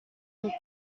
them